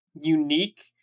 unique